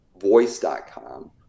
Voice.com